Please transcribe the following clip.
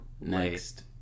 next